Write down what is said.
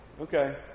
Okay